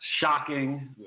shocking